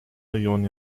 millionen